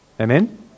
Amen